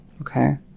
okay